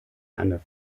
eine